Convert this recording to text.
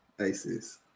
Aces